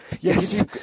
Yes